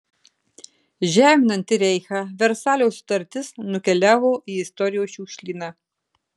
žeminanti reichą versalio sutartis nukeliavo į istorijos šiukšlyną